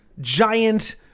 giant